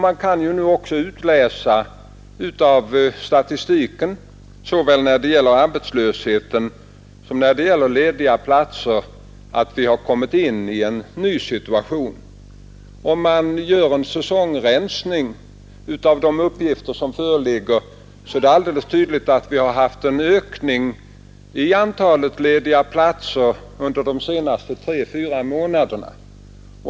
Man kan också utläsa av statistiken, såväl när det gäller arbetslösheten som lediga platser att vi har kommit in i en ny situation. Om man gör en säsongrensning av de uppgifter som föreligger är det alldeles tydligt att vi haft en ökning av antalet lediga platser under de senaste tre fyra månaderna.